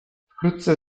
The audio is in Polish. wkrótce